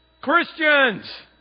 Christians